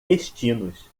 destinos